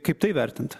kaip tai vertinti